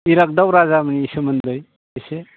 इराग्दाव राजानि सोमोन्दै एसे